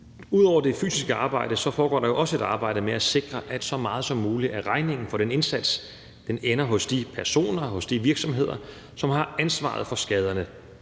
Ud over det fysiske arbejde foregår der også et arbejde med at sikre, at så meget som muligt af regningen for den indsats ender hos de personer, hos de virksomheder, som har ansvaret for skaderne.